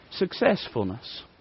Successfulness